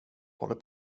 håller